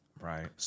Right